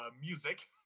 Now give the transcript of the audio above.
music